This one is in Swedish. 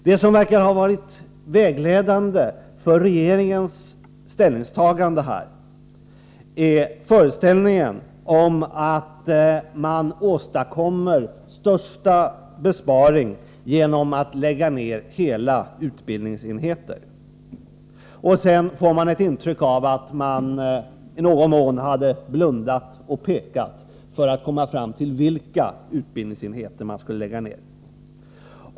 Det som verkar ha varit vägledande för regeringens ställningstagande här är föreställningen om att man åstadkommer största besparing genom att lägga ner hela utbildningsenheter, och jag får ett intryck av att man i någon mån hade blundat och pekat för att komma fram till vilka utbildningsenheter man skulle lägga ner.